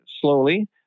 slowly